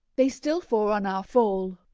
they still forerun our fall!